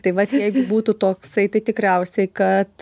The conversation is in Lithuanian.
tai va jeigu būtų toksai tai tikriausiai kad